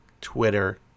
Twitter